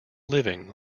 living